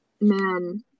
Man